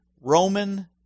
Roman